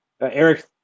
Eric